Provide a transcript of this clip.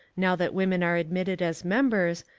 now that women are admitted as members,